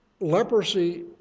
Leprosy